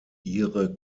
ihre